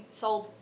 sold